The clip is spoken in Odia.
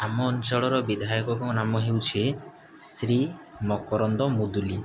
ଆମ ଅଞ୍ଚଳର ବିଧାୟକଙ୍କ ନାମ ହେଉଛି ଶ୍ରୀ ମକରନ୍ଦ ମୁଦୁଲି